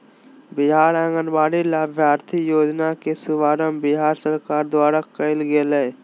बिहार आंगनबाड़ी लाभार्थी योजना के शुभारम्भ बिहार सरकार द्वारा कइल गेलय